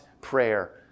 prayer